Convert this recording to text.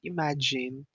Imagine